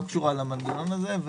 לא קשורה למנגנון הזה,